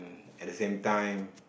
at the same time